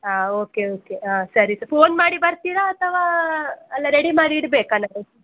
ಹಾಂ okay okay ಹಾಂ ಸರಿ ಫೋನ್ ಮಾಡಿ ಬರ್ತೀರಾ ಅಥವಾ ಎಲ್ಲ ರೆಡಿ ಮಾಡಿ ಇಡಬೇಕಾ ನಾನು